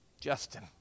Justin